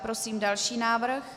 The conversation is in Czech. Prosím další návrh.